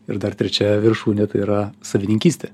ir dar trečia viršūnė tai yra sodininkystė